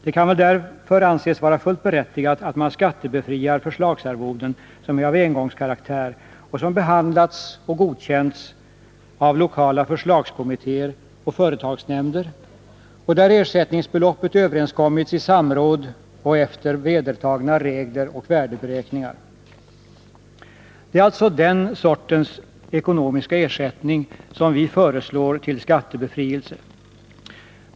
Det kan väl därför anses vara fullt berättigat att man skattebefriar förslagsarvoden som är av engångskaraktär och har behandlats och godkänts av lokala förslagskommit téer och företagsnämnder och där ersättningsbeloppet överenskommits i "samråd och efter vedertagna regler och värdeberäkningar. Det är alltså den sortens ekonomiska ersättning som vi föreslår till skattebefrielse.